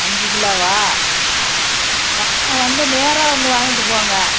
அஞ்சு கிலோவா வாங்க வந்து நேராக வந்து வாங்கிவிட்டு போங்கள்